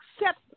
Accept